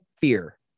fear